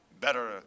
better